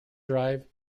drive